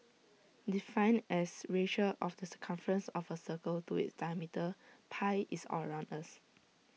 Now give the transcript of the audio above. defined as ratio of the circumference of A circle to its diameter pi is all around us